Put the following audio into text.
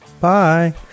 Bye